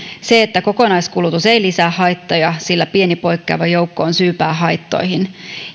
että kokonaiskulutus ei lisää haittoja sillä pieni poikkeava joukko on syypää haittoihin